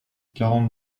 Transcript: quarante